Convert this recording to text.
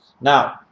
Now